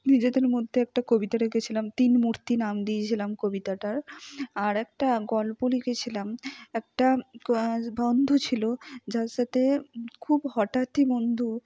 নিজেদের মধ্যে একটা কবিতা লিখেছিলাম তিনমূর্তি নাম দিয়েছিলাম কবিতাটার আর একটা গল্প লিখেছিলাম একটা বন্ধু ছিল যার সাথে খুব হঠাৎই বন্ধু